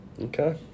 Okay